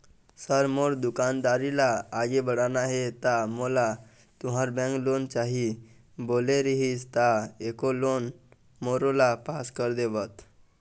Sir मोर दुकानदारी ला आगे बढ़ाना हे ता मोला तुंहर बैंक लोन चाही बोले रीहिस ता एको लोन मोरोला पास कर देतव?